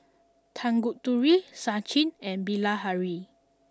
Tanguturi Sachin and Bilahari